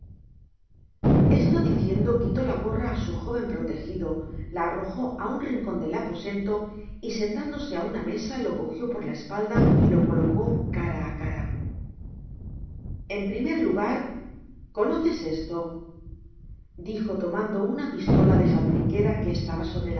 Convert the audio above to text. esto diciendo quitó la gorra á su joven protegido la arrojo á un rincon del aposento y sentándose á una mesa lo cojió por la espalda y lo colocó cara á cara en primer lugar conoces esto dijo tomando una pistola de faltriquera que estaba sobre la